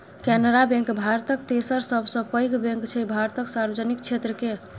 Canara bank भारतक तेसर सबसँ पैघ बैंक छै भारतक सार्वजनिक क्षेत्र केर